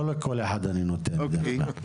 לא לכל אחד אני נותן להפריע,